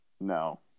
No